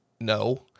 No